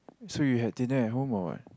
so you had dinner at home or what